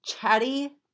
Chatty